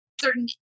certain